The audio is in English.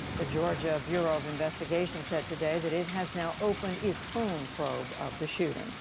the georgia bureau of investigation said today that it has now opened its own probe of the shooting.